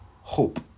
hope